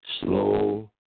Slow